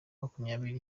makumyabiri